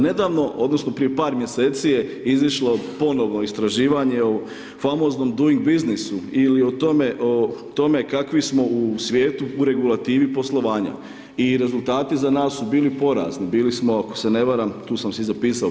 Nedavno, odnosno prije par mjeseci je izišlo ponovno istraživanje o famoznom Doing Businessu ili o tome kakvi smo u svijetu u regulativi poslovanje i rezultati za nas su bili porazni, bilo smo ako se ne varam, tu sam si zapisao, 58.